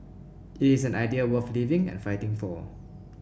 it is an idea worth living and fighting for